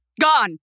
gone